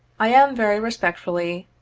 i am, very respectfully,